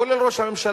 כולל ראש הממשלה,